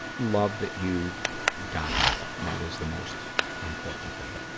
love that you got help. that is the most important thing.